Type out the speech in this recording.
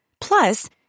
Plus